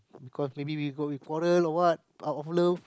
because maybe because we foreign or what out of owner